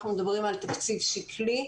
אנחנו מדברים על תקציב שקלי.